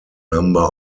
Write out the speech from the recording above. number